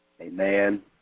Amen